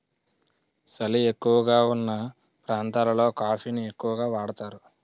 సలి ఎక్కువగావున్న ప్రాంతాలలో కాఫీ ని ఎక్కువగా వాడుతారు